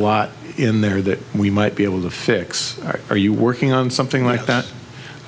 lot in there that we might be able to fix or are you working on something like that